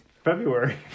February